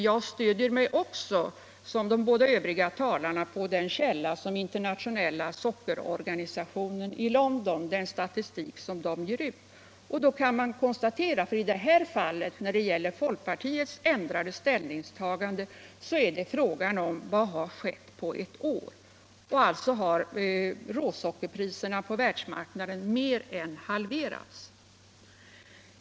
Jag stöder mig emellertid på den statistik som den internationella sockerorganisationen i London ger ut, och den visar att priserna på världsmarknaden mer än halverats.